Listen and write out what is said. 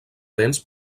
dents